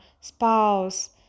spouse